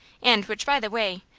and which, by the way,